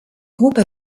groupe